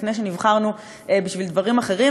ולפני שנבחרנו בשביל דברים אחרים,